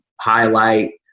highlight